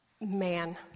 Man